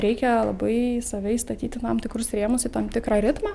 reikia labai save įstatyti į tam tikrus rėmus į tam tikrą ritmą